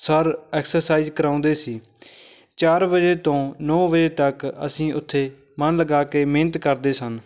sir exercise ਕਰਾਉਂਦੇ ਸੀ ਚਾਰ ਵਜੇ ਤੋਂ ਨੌ ਵਜੇ ਤੱਕ ਅਸੀਂ ਉੱਥੇ ਮਨ ਲਗਾ ਕੇ ਮਿਹਨਤ ਕਰਦੇ ਸਨ